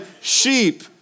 sheep